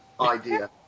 idea